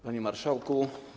Panie Marszałku!